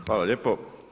Hvala lijepo.